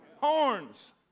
horns